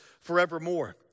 forevermore